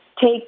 take